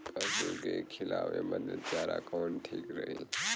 पशु के खिलावे बदे चारा कवन ठीक रही?